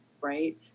right